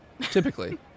Typically